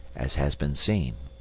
as has been seen.